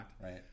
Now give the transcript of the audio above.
Right